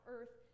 Earth